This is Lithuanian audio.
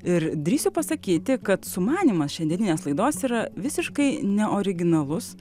ir drįsiu pasakyti kad sumanymas šiandieninės laidos yra visiškai neoriginalus